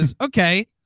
okay